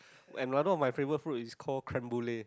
another of my favourite food is called Creme-Brule